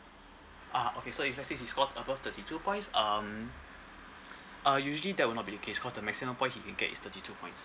ah okay so if let's say he score above thirty two points um uh usually that will not be the case cause the maximum points he can get is thirty two points